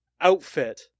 outfit